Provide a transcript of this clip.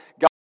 God